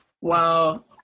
Wow